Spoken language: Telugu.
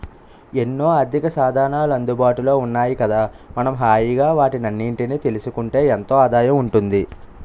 ఎన్నో ఆర్థికసాధనాలు అందుబాటులో ఉన్నాయి కదా మనం హాయిగా వాటన్నిటినీ తెలుసుకుంటే ఎంతో ఆదాయం ఉంటుంది